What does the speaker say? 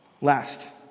Last